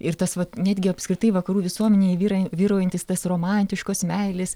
ir tas vat netgi apskritai vakarų visuomenėj vyra vyraujantis tas romantiškos meilės